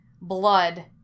blood